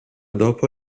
dopo